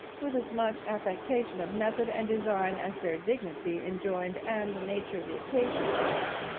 with as much affectation of method and design as their dignity enjoined and the nature of the occasion permitted.